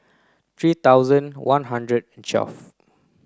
three thousand one hundred and twelve